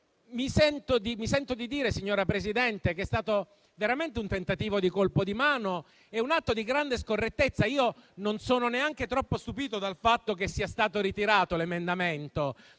Mi sento di dire, signor Presidente, che è stato veramente un tentativo di colpo di mano, un atto di grande scorrettezza. Io non sono neanche troppo stupito dal fatto che l'emendamento